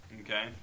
Okay